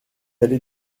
allée